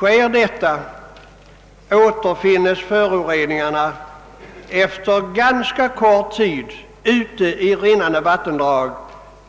Om sådan göres återfinnes kraftiga föroreningar efter ganska kort tid ute i rinnande vattendrag